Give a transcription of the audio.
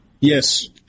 Yes